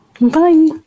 Bye